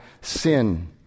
sin